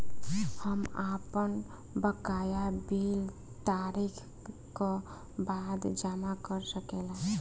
हम आपन बकाया बिल तारीख क बाद जमा कर सकेला?